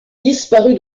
disparu